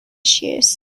issues